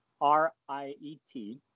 R-I-E-T